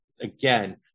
again